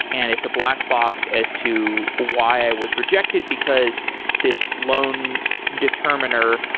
and it's a black box as to why i was rejected, because this lone determiner,